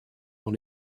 dans